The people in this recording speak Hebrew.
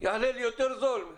יעלה לי יותר זול.